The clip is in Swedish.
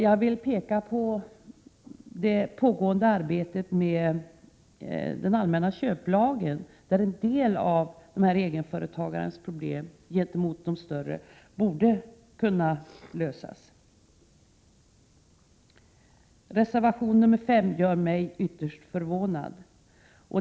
Jag vill peka på det pågående arbetet med den allmänna köplagen, där en del av egenföretagarens problem gentemot de större borde kunna lösas. Reservation nr 5 gör mig ytterst förvånad.